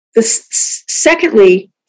Secondly